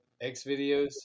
X-Videos